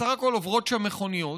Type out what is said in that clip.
בסך הכול עוברות שם מכוניות,